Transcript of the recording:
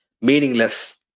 meaningless